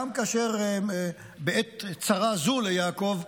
גם בעת צרה זו ליעקב,